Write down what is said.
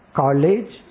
college